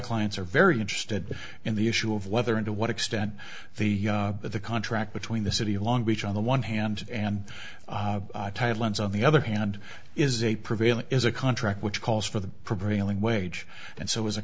clients are very interested in the issue of whether and to what extent the the contract between the city of long beach on the one hand and tidelands on the other hand is a prevailing is a contract which calls for the prevailing wage and so as a